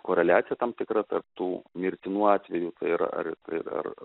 koreliacija tam tikra tarp tų mirtinų atvejų tai yra ar ir ar